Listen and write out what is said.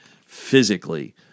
physically